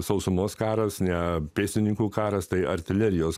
sausumos karas ne pėstininkų karas tai artilerijos